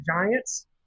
Giants